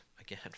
Again